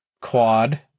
quad